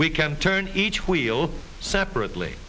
we can turn each wheel separately